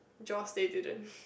Jaws they didn't